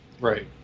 right